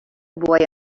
boy